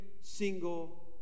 single